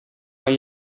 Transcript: van